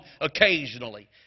occasionally